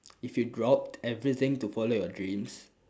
if you dropped everything to follow your dreams